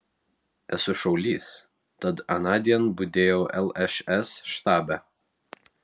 esu šaulys tad anądien budėjau lšs štabe